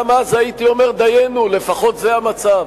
גם אז הייתי אומר דיינו, לפחות זה המצב.